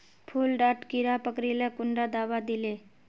फुल डात कीड़ा पकरिले कुंडा दाबा दीले?